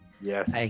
Yes